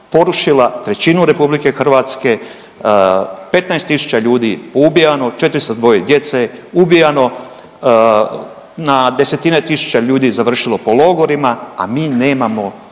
trećinu RH, 15 tisuća ljudi ubijano, 402 djece ubijano, na desetine tisuća ljudi je završilo po logorima, a mi nemamo